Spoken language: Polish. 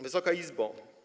Wysoka Izbo!